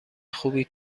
خوبی